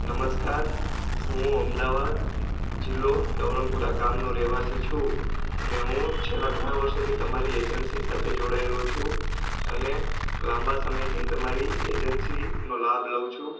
નમસ્કાર હું અમદાવાદ જિલ્લો નવરંગપુર ગામનો રહેવાસી છું અને હું છેલ્લા ઘણા વર્ષોથી તમારી એજન્સી સાથે જોડાયેલો છું અને લાંબા સમયથી તમારી એજન્સીનો લાભ લઉં છું